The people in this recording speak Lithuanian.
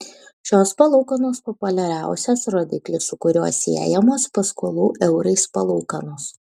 šios palūkanos populiariausias rodiklis su kuriuo siejamos paskolų eurais palūkanos